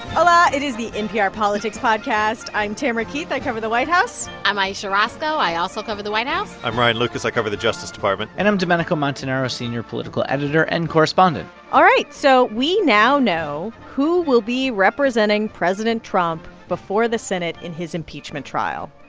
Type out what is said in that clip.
hola. it is the npr politics podcast. i'm tamara keith. i cover the white house i'm ayesha rascoe. i also cover the white house i'm ryan lucas. i cover the justice department and i'm domenico montanaro, senior political editor and correspondent all right, so we now know who will be representing president trump before the senate in his impeachment trial.